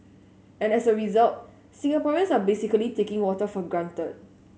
and as a result Singaporeans are basically taking water for granted